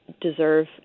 deserve